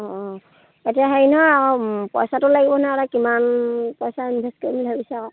অঁ অঁ এতিয়া হেৰি নহয় আৰু পইচাটো লাগিব নহ'লে কিমান পইচা ইনভেষ্ট কৰিম বুলি ভাবিছে আৰু